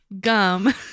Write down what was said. gum